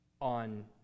on